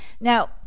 Now